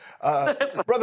Brother